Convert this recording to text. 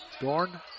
Dorn